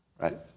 right